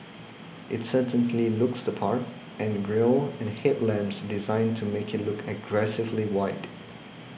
it certainly looks the part and grille and headlamps designed to make it look aggressively wide